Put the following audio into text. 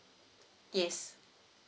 yes